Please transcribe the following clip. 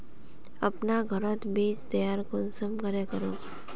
अपना घोरोत बीज तैयार कुंसम करे करूम?